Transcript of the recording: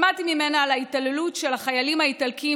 שמעתי ממנה על ההתעללות של החיילים האיטלקים,